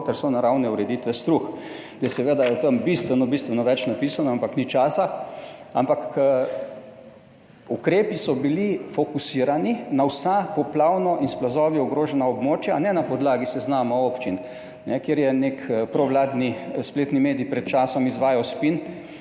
ter sonaravne ureditve strug. Seveda je o tem bistveno, bistveno več napisano, ampak ni časa. Ukrepi so bili fokusirani na vsa poplavna in s plazovi ogrožena območja, ne na podlagi seznama občin, kakor je nek provladni spletni medij pred časom izvajal spin,